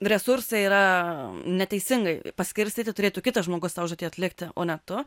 resursai yra neteisingai paskirstyti turėtų kitas žmogus tą užduotį atlikti o ne tu